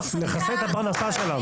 לחסל את הפרנסה שלנו.